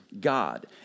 God